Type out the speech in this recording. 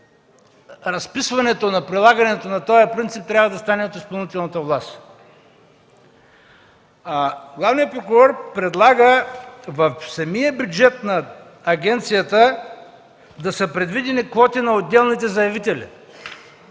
разписването на прилагането на този принцип трябва да стане от изпълнителната власт. Главният прокурор предлага в самия бюджет на агенцията да са предвидени квоти на отделните заявители